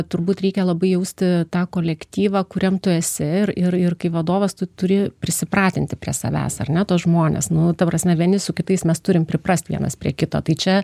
turbūt reikia labai jausti tą kolektyvą kuriam tu esi ir ir kai vadovas tu turi prisipratinti prie savęs ar ne tuos žmones nu ta prasme vieni su kitais mes turim priprast vienas prie kito tai čia